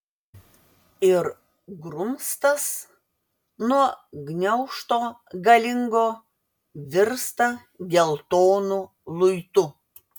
ir grumstas nuo gniaužto galingo virsta geltonu luitu